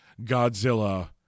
Godzilla